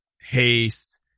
haste